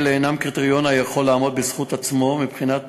קריטריון היכול לעמוד בזכות עצמו מבחינת